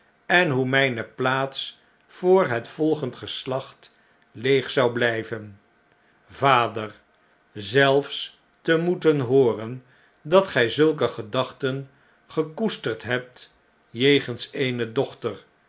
en hoe nope plaats voor het volgend geslacht leeg zou biijven vader zelfs te moeten hooren dat gy zulke gedachten gekoesterd hebt jegens eene dochter